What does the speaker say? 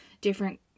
different